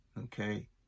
okay